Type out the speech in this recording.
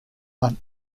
hunt